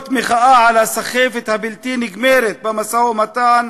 לאות מחאה על הסחבת הבלתי-נגמרת במשא-ומתן